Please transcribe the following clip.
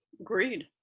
Agreed